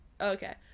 okay